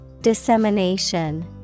Dissemination